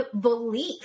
belief